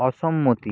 অসম্মতি